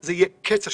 זה יהיה קץ השיקום.